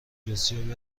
بسیاری